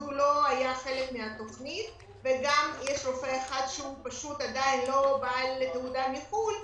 אז הוא לא חלק מהתוכנית ויש רופא אחד שהוא עדיין לא בעל תעודה מחו"ל,